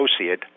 associate